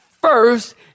first